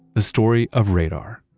the story of radar